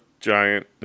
Giant